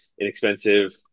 inexpensive